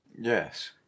Yes